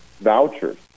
vouchers